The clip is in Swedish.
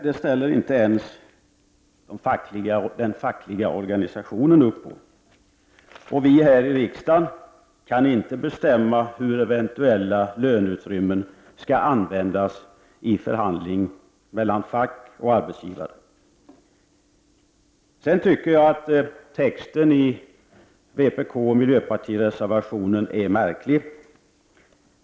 Detta ställer inte ens den fackliga organisationen upp på, och vi här i riksdagen kan inte bestämma hur eventuella löneutrymmen skall användas i förhandlingar mellan fack och arbetsgivare. Texten i reservationen från miljöpartiet och vpk är enligt min mening märklig.